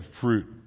fruit